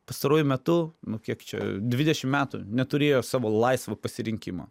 pastaruoju metu nu kiek čia dvidešim metų neturėjo savo laisvo pasirinkimo